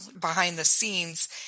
behind-the-scenes